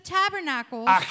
tabernacles